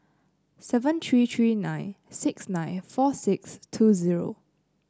seven three three nine six nine four six two zero